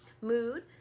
mood